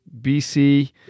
BC